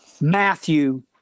Matthew